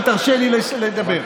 אם תרשה לי לדבר.